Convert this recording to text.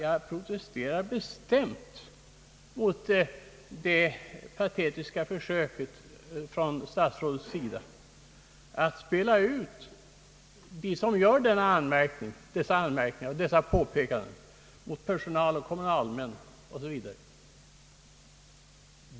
Jag protesterar bestämt mot det patetiska försöket från statsrådets sida att spela ut vårdpersonal, kommunalmän o.s.v. mot dem som gör sådana anmärkningar och påpekanden.